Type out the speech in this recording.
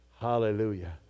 Hallelujah